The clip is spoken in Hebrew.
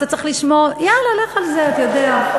אתה צריך לשמוע, יאללה לך על זה, אתה יודע.